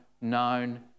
known